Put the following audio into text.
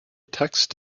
text